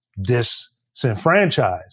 disenfranchised